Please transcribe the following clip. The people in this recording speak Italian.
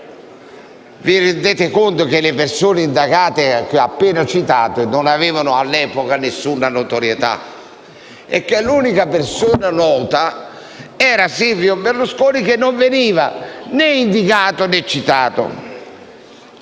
Vi rendete conto che le persone indagate che ho appena citato non avevano, all'epoca, alcuna notorietà e che l'unica persona nota era Silvio Berlusconi che non veniva né indicato, né citato?